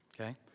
Okay